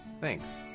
thanks